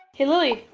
hey lily.